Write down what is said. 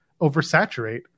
oversaturate